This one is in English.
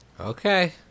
okay